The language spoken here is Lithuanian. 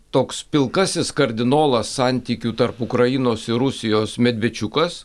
toks pilkasis kardinolas santykių tarp ukrainos ir rusijos medvėčiukas